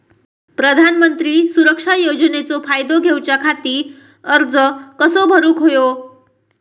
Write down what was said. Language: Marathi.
प्रधानमंत्री सुरक्षा योजनेचो फायदो घेऊच्या खाती अर्ज कसो भरुक होयो?